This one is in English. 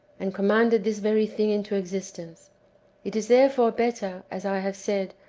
and commanded this very thing into existence it is therefore better, as i have said,